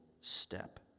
step